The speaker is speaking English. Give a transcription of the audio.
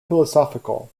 philosophical